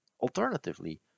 Alternatively